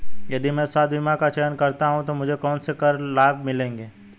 यदि मैं स्वास्थ्य बीमा का चयन करता हूँ तो मुझे कौन से कर लाभ मिलेंगे?